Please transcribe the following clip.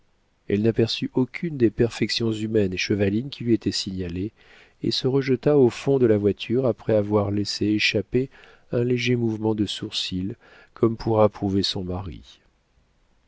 elle n'aperçut aucune des perfections humaines et chevalines qui lui étaient signalées et se rejeta au fond de la voiture après avoir laissé échapper un léger mouvement de sourcils comme pour approuver son mari